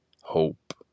hope